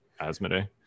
Asmodee